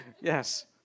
Yes